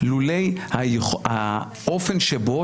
לולא האופן שבו,